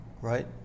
Right